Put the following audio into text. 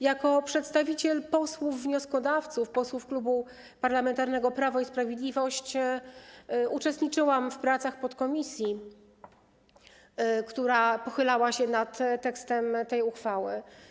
Jako przedstawiciel posłów wnioskodawców, posłów Klubu Parlamentarnego Prawo i Sprawiedliwość, uczestniczyłam w pracach podkomisji, która pochylała się nad tekstem tej uchwały.